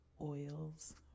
oils